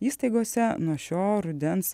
įstaigose nuo šio rudens